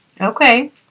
Okay